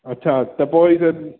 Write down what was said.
अछा त पोइ